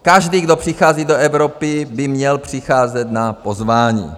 Každý, kdo přichází do Evropy, by měl přicházet na pozvání.